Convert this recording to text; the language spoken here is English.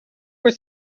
was